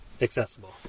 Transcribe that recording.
accessible